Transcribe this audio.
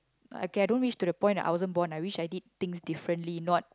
okay I don't wish to the point I wasn't born I wish I did things differently not